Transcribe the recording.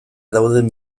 dauden